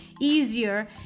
easier